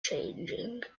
changing